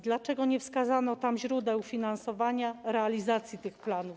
Dlaczego nie wskazano tam źródeł finansowania realizacji tych planów?